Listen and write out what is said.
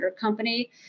company